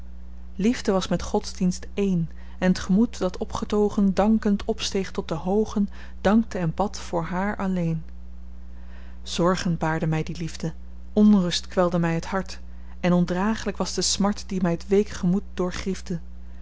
liefde was met godsdienst één en t gemoed dat opgetogen dankend opsteeg tot den hoogen dankte en bad voor haar alleen zorgen baarde my die liefde onrust kwelde my het hart en ondraaglyk was de smart die my t week